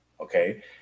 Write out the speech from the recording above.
okay